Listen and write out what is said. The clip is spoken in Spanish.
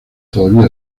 todavía